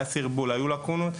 היה סרבול והיו לקונות.